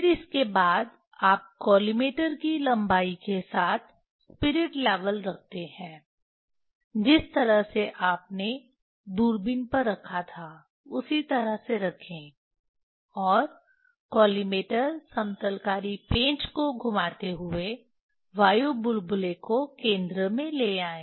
फिर इसके बाद आप कॉलिमेटर की लम्बाई के साथ स्पिरिट लेवल रखते हैं जिस तरह से आपने दूरबीन पर रखा था उसी तरह से रखें और कॉलिमेटर समतलकारी पेंच को घुमाते हुए वायु बुलबुले को केंद्र में ले आए